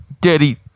Daddy